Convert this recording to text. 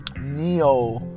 neo